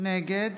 נגד